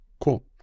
Cool